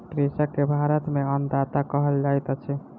कृषक के भारत में अन्नदाता कहल जाइत अछि